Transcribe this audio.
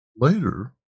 Later